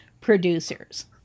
producers